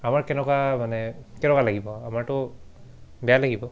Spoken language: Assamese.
আমাৰ কেনেকুৱা মানে কেনেকুৱা লাগিব আমাৰতো বেয়া লাগিব